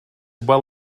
well